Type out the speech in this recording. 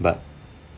but